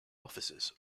offices